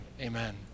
Amen